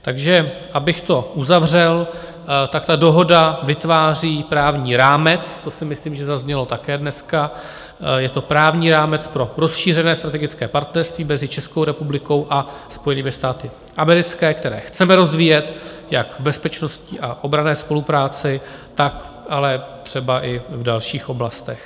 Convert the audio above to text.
Takže abych to uzavřel, ta dohoda vytváří právní rámec to si myslím zaznělo také dneska je to právní rámec pro rozšířené strategické partnerství mezi Českou republikou a Spojenými státy americkými, které chceme rozvíjet jak v bezpečností a obranné spolupráci, tak ale třeba i v dalších oblastech.